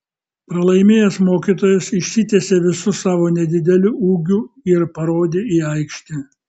pralaimėjęs mokytojas išsitiesė visu savo nedideliu ūgiu ir parodė į aikštę